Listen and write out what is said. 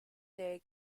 day